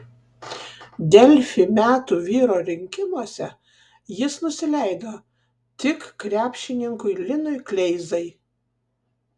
delfi metų vyro rinkimuose jis nusileido tik krepšininkui linui kleizai